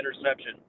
interception